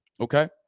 okay